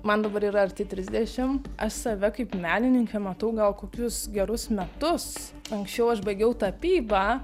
man dabar yra arti trisdešim aš save kaip menininkę matau gal kokius gerus metus anksčiau aš baigiau tapybą